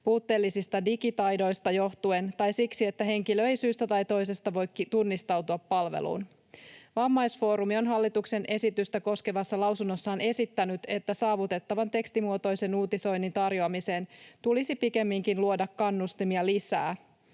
puutteellisista digitaidoista johtuen tai siksi, että henkilö ei syystä tai toisesta voi tunnistautua palveluun. Vammaisfoorumi on hallituksen esitystä koskevassa lausunnossaan esittänyt, että saavutettavan tekstimuotoisen uutisoinnin tarjoamiseen tulisi pikemminkin luoda lisää kannustimia myös